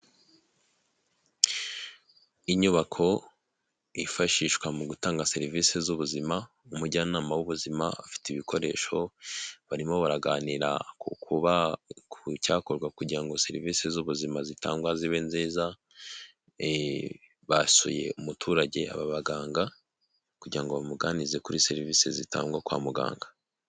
Inyubako yifashishwa mu gutanga serivisi z'ubuzima, umujyanama w'ubuzima afite ibikoresho barimo baraganira ku kuba ku cyakorwa kugira ngo serivisi z'ubuzima zitangwa zibe nziza, basuye umuturage aba baganga kugira ngo bamuganirize kuri serivisi zitangwa kwa muganga.